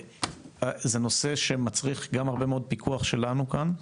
זה נושא שמצריך גם הרבה מאוד פיקוח שלנו כאן,